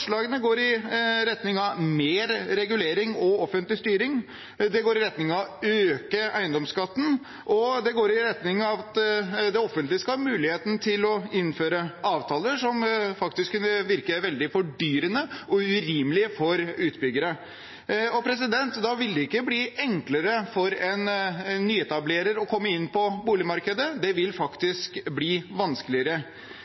går i retning av mer regulering og offentlig styring. Det går i retning av å øke eiendomsskatten, og det går i retning av at det offentlige skal ha mulighet til å innføre avtaler som faktisk vil kunne virke veldig fordyrende og urimelig for utbyggere. Da vil det ikke bli enklere for en nyetablerer å komme inn på boligmarkedet, det vil